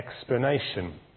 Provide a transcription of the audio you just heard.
explanation